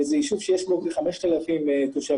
זה יישוב שיש בו 5,000 תושבים.